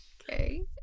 okay